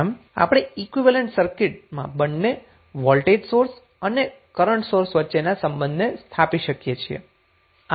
આમ આપણે ઈક્વીવેલેન્ટ સર્કિટમાં બંને વોલ્ટેજ સોર્સ અને કરન્ટ સોર્સ વચ્ચેના સંબંધને સ્થાપી શકીએ છીએ